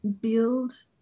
Build